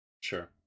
sure